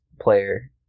player